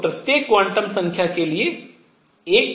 तो प्रत्येक क्वांटम संख्या के लिए एक